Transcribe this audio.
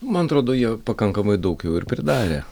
man atrodo jau pakankamai daug jų ir pridarė